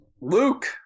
Luke